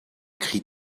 crie